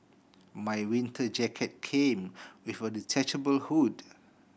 my winter jacket came with a detachable hood